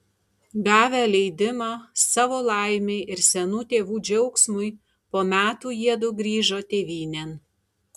gavę leidimą savo laimei ir senų tėvų džiaugsmui po metų jiedu grįžo tėvynėn